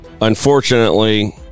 Unfortunately